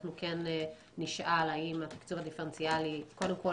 אנחנו כן נשאל אם התקצוב הדיפרנציאלי קודם כל